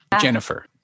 Jennifer